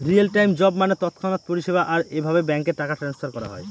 real time job মানে তৎক্ষণাৎ পরিষেবা, আর এভাবে ব্যাঙ্কে টাকা ট্রান্সফার করা হয়